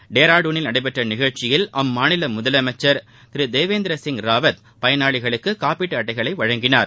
டோராடுனில் நடைபெற்ற நிகழ்ச்சியில் அம்மாநில முதலமைச்சர் திரு திருவேந்திர சிங் ராவத் பயணாளிகளுக்கு காப்பீட்டு அட்டைகளை வழங்கினார்